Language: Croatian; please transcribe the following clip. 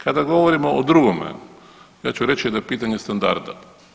Kada govorimo o drugome ja ću reći da je pitanje standarda.